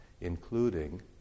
including